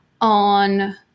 on